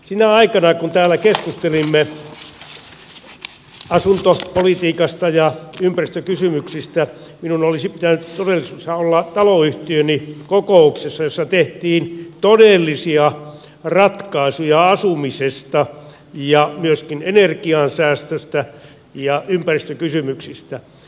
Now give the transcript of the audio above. sinä aikana kun täällä keskustelimme asuntopolitiikasta ja ympäristökysymyksistä minun olisi pitänyt todellisuudessa olla taloyhtiöni kokouksessa jossa tehtiin todellisia ratkaisuja asumisesta ja myöskin energiansäästöstä ja ympäristökysymyksistä